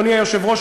אדוני היושב-ראש,